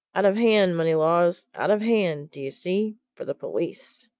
out of hand, moneylaws out of hand, d'ye see for the police!